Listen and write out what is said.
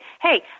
hey